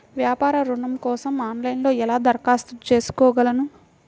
వ్యాపార ఋణం కోసం ఆన్లైన్లో ఎలా దరఖాస్తు చేసుకోగలను?